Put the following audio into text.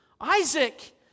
Isaac